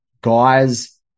guys